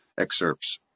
excerpts